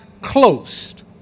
closed